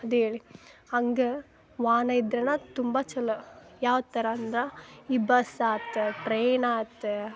ಅದ್ಹೇಳಿ ಹಾಗ್ ವಾಹನ ಇದ್ರೆ ತುಂಬ ಚಲೋ ಯಾವ ಥರ ಅಂದ್ರೆ ಈ ಬಸ್ ಆಯ್ತ್ ಟ್ರೈನ್ ಆಯ್ತ್